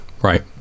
Right